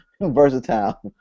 versatile